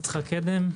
יצחק קדם,